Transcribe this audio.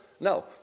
No